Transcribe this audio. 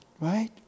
right